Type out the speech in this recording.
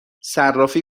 صرافی